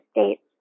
states